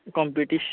कोम्पीटीश